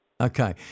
Okay